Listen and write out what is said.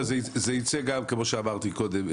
כמו שאמרתי קודם,